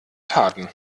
taten